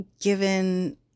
given